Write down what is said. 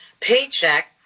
paycheck